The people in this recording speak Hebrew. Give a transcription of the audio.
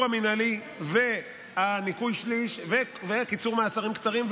המינהלי וניכוי השליש וקיצור מאסרים קצרים.